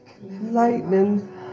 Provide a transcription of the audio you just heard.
lightning